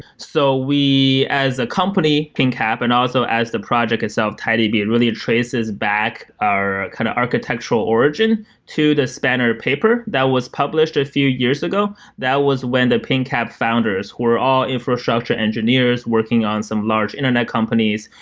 so we, as a company, pingcap and also as the project itself, tidb, it really traces back our kind of architectural origin to the spanner paper that was published a few years ago. that was when the pingcap founders were all infrastructure engineers working on some large internet companies.